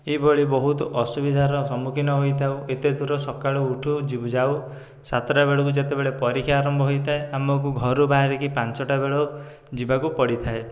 ଏହିଭଳି ବହୁତ ଅସୁବିଧାର ସମ୍ମୁଖୀନ ହୋଇଥାଉ ଏତେଦୂର ସକାଳୁ ଉଠୁ ଯାଉ ସାତଟା ବେଳକୁ ଯେତେବେଳେ ପରୀକ୍ଷା ଆରମ୍ଭ ହେଇଥାଏ ଆମକୁ ଘରୁ ବାହରିକି ପାଞ୍ଚଟା ବେଳ ଯିବାକୁ ପଡ଼ିଥାଏ